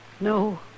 No